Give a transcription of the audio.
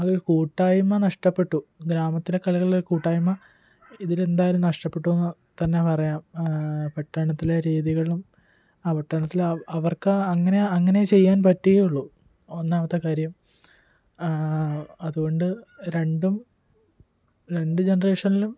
ഒരു കൂട്ടായ്മ നഷ്ടപ്പെട്ടു ഗ്രാമത്തിലെ കളികളിലെ കൂട്ടായ്മ ഇതിലെന്തായാലും നഷ്ടപ്പെട്ടു എന്ന് തന്നെ പറയാം പട്ടണത്തിലെ രീതികളും ആ പട്ടണത്തിലെ അവർക്ക് അങ്ങനെ അങ്ങനേ ചെയ്യാൻ പറ്റുകയുള്ളു ഒന്നാമത്തെ കാര്യം അതുകൊണ്ട് രണ്ടും രണ്ട് ജനറേഷനിലും